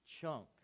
chunk